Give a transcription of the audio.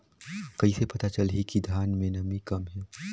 कइसे पता चलही कि धान मे नमी कम हे?